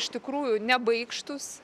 iš tikrųjų nebaikštūs